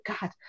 God